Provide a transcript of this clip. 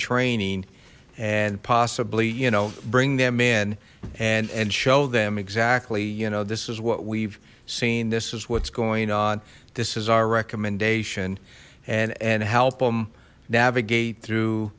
training and possibly you know bring them in and and show them exactly you know this is what we've seen this is what's going on this is our recommendation and and help them navigate through